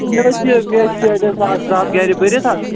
ہے مےٚ حظ چھِ مےٚ ٲسۍ پیٹیٚس اَکھ زٕ ہَتھ گَرِ بٔرِتھ حظ